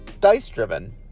dice-driven